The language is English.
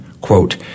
Quote